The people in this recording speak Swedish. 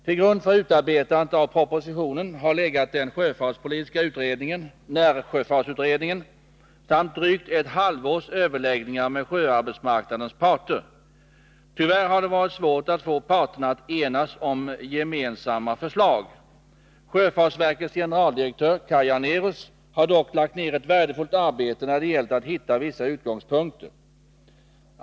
Till grund för utarbetandet av propositionen har legat den sjöfartspolitiska utredningen, närsjöfartsutredningen samt drygt ett halvårs överläggningar med sjöarbetsmarknadens parter. Tyvärr har det varit svårt att få parterna att enas om gemensamma förslag. Sjöfartsverkets generaldirektör, Kaj Janérus, har dock lagt ner ett värdefullt arbete när det gällt att hitta vissa utgångspunkter.